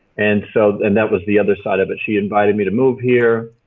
and so, and that was the other side of it. she invited me to move here.